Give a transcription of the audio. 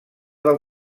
del